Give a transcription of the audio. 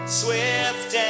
swift